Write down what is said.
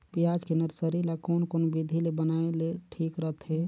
पियाज के नर्सरी ला कोन कोन विधि ले बनाय ले ठीक रथे?